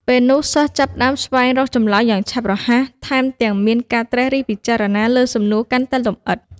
ពេលនោះសិស្សចាប់ផ្តើមស្វែងរកចម្លើយយ៉ាងឆាប់រហ័ស ថែមទាំងមានការត្រិះរិះពិចារណាលើសំណួរកាន់តែលម្អិត។